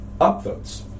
upvotes